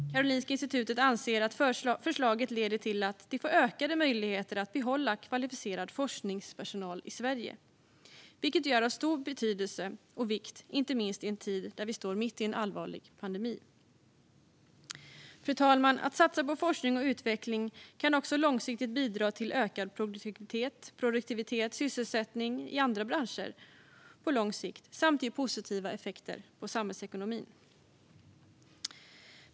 Karolinska institutet anser att förslaget leder till att de får ökade möjligheter att behålla kvalificerad forskningspersonal i Sverige, vilket är av stor betydelse och vikt inte minst i en tid då vi står mitt i en allvarlig pandemi. Fru talman! Att satsa på forskning och utveckling kan också långsiktigt bidra till ökad produktivitet och sysselsättning i andra branscher samt ge positiva effekter på samhällsekonomin.